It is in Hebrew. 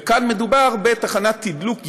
וכאן מדובר בתחנת תדלוק יבילה,